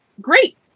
great